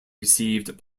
received